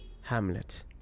Hamlet